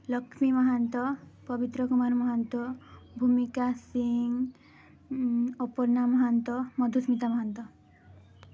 Lakshmi Mahant Pabitra Kumar Mahant Bhumika Singh Aparna Mahant Madhusmita Mahanta